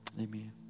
amen